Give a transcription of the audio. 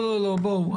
בואו,